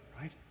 right